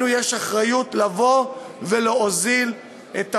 לנו יש אחריות לבוא ולהוזיל את המים,